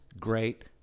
great